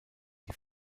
die